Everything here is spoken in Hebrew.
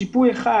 שיפוי אחד